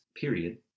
period